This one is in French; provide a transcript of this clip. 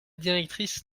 directrice